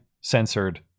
censored